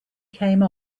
came